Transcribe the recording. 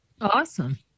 awesome